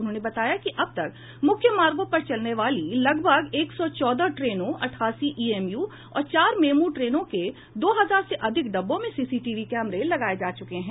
उन्होंने बताया कि अब तक मुख्य मार्गों पर चलने वाली लगभग एक सौ चौदह ट्रेनों अठासी ईएमयू और चार मेमू ट्रेनों के दो हजार से अधिक डिब्बों में सीसीटीवी कैमरे लगाये जा चुके हैं